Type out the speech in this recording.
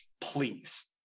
please